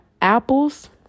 apples